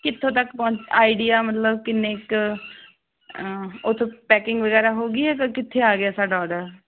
ਕਿੱਥੋਂ ਤੱਕ ਪਹੁੰਚਿਆ ਮਤਲਬ ਕਿੰਨੇ ਕ ਉਹਤੋਂ ਪੈਕਿੰਗ ਵਗੈਰਾ ਹੋ ਗਈ ਅਗਰ ਕਿੱਥੇ ਆ ਗਿਆ ਸਾਡਾ ਆਰਡਰ